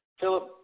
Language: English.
Philip